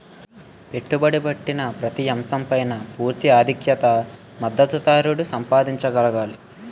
పెట్టుబడి పెట్టిన ప్రతి అంశం పైన పూర్తి ఆధిక్యత మదుపుదారుడు సంపాదించగలగాలి